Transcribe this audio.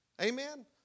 amen